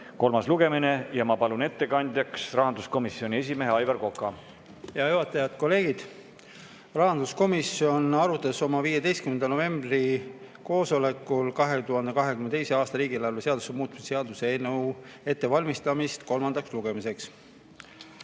kolmas lugemine. Ma palun ettekandjaks rahanduskomisjoni esimehe Aivar Koka. Hea juhataja! Head kolleegid! Rahanduskomisjon arutas oma 15. novembri koosolekul 2022. aasta riigieelarve seaduse muutmise seaduse eelnõu ja valmistas seda ette kolmandaks lugemiseks.